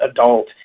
adult